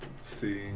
See